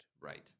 Right